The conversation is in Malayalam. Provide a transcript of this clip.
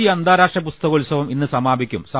കൊച്ചി അന്താരാഷ്ട്ര പുസ്തകോത്സവം ഇന്ന് സമാപിക്കും